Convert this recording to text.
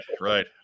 right